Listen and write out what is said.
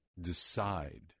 decide